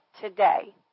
today